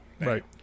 Right